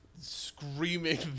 screaming